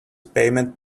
payment